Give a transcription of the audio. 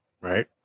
Right